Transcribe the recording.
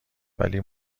ولی